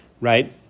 right